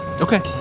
okay